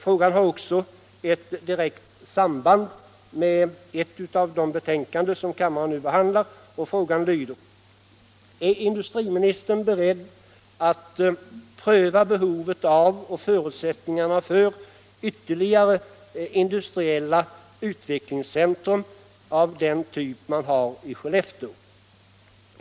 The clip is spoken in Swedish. Frågan har också direkt samband med ett av de betänkanden som kammaren nu behandlar. Frågan lyder: Är industriministern beredd att pröva behovet av och förutsättningarna för ytterligare industriella utvecklingscentra av den typ man har i Skellefteå?